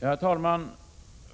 Herr talman!